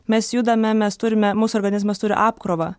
mes judame mes turime mūsų organizmas turi apkrovą